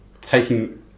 taking